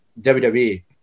WWE